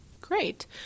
Great